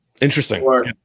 Interesting